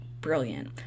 brilliant